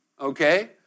okay